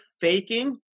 faking